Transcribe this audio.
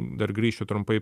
dar grįšiu trumpai